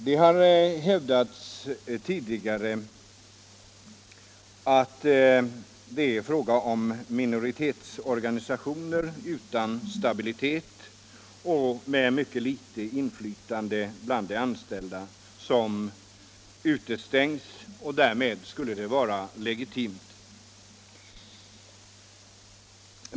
Det har hävdats tidigare att det är minoritetsorganisationer utan stabilitet och med mycket litet inflytande bland de anställda som utestängs — och att det därmed skulle vara legitimt.